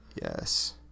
Yes